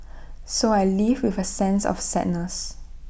so I leave with A sense of sadness